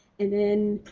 and then,